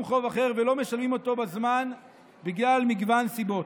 חוב אחר ולא משלמים אותו בזמן בגלל מגוון סיבות,